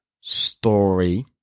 story